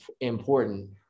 important